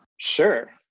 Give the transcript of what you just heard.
Sure